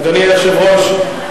אדוני היושב-ראש,